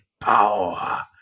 power